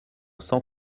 cent